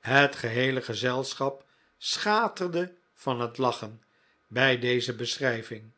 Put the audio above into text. het geheele gezelschap schaterde van het lachen bij deze beschrijving